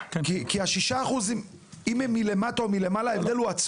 אם ה-6% הם מלמטה או מלמעלה.